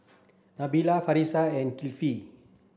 Nabila Farish and Kifli